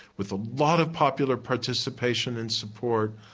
with a lot of popular participation in support,